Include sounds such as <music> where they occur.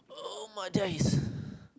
oh my dice <breath>